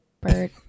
bird